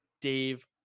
dave